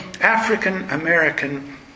African-American